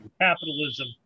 capitalism